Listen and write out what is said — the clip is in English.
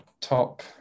top